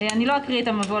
המבוא